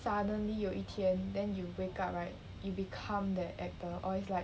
suddenly 有一天 then you wake up right you become the actor or it's like